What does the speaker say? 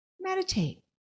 meditate